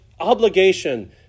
obligation